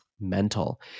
mental